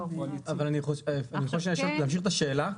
אני חושב שצריך להבהיר את השאלה.